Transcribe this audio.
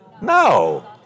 No